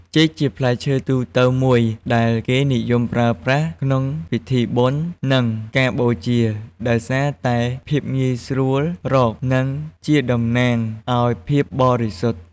ចេក ជាផ្លែឈើទូទៅមួយដែលគេនិយមប្រើប្រាស់ក្នុងពិធីបុណ្យ និងការបូជា ដោយសារតែភាពងាយស្រួលរក និងជាតំណាងឱ្យភាពបរិសុទ្ធ។